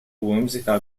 whimsical